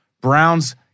Browns